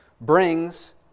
brings